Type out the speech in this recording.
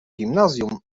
gimnazjum